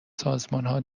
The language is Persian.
سازمانها